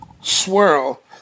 swirl